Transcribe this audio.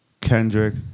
Kendrick